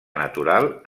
natural